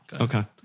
Okay